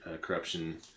corruption